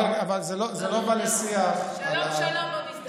אבל זה לא בא לשיח על, שלום-שלום במסדרון.